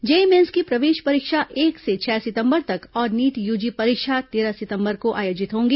JEE Mains की प्रवेश परीक्षा एक से छह सितंबर तक और नीट यूजी परीक्षा तेरह सितंबर को आयोजित होंगी